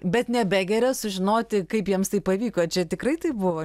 bet nebegeria sužinoti kaip jiems tai pavyko čia tikrai taip buvo